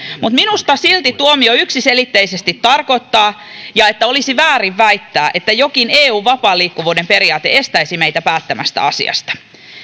mutta minusta silti tuomio yksiselitteisesti tarkoittaa että olisi väärin väittää että jokin eun vapaan liikkuvuuden periaate estäisi meitä päättämästä asiasta